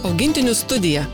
augintinių studija